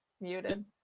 muted